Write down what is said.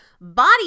Body